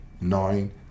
nine